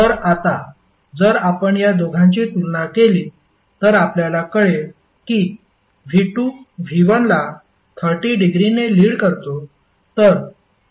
तर आता जर आपण या दोघांची तुलना केली तर आपल्याला कळेल की V2 V1 ला 30 डिग्रीने लीड करतो